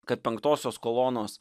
kad penktosios kolonos